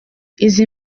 izi